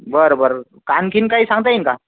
बरं बरं आणखीन काही सांगता येईल का